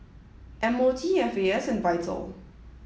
M O T F A S and VITAL